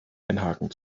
einhaken